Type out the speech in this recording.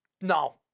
No